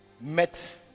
met